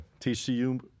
TCU